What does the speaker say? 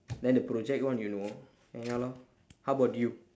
then the project one you know ya lor how about you